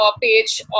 page